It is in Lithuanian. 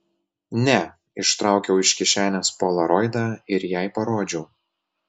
ne ištraukiau iš kišenės polaroidą ir jai parodžiau